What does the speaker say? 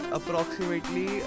approximately